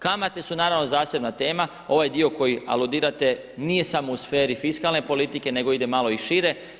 Kamate su, naravno, zasebna tema, ovaj dio koji aludirate, nije samo u sferi fiskalne politike, nego ide malo i šire.